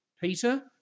Peter